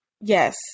Yes